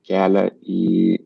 kelią į